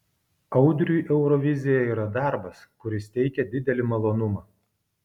audriui eurovizija yra darbas kuris teikia didelį malonumą